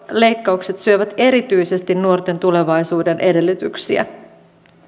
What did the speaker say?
leikkaukset syövät erityisesti nuorten tulevaisuuden edellytyksiä